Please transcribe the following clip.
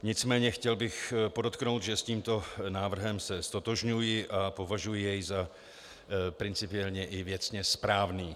Nicméně chtěl bych podotknout, že se s tímto návrhem ztotožňuji a považuji jej za principiálně i věcně správný.